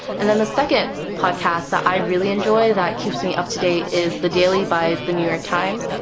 and then the second podcast that i really enjoy that keeps me up to date is the daily by the new york times.